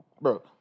Bro